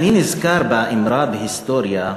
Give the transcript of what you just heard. אני נזכר באמרה בהיסטוריה.